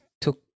took